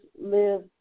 live